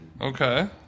Okay